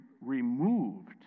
removed